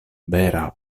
vera